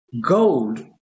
Gold